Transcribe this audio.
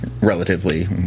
relatively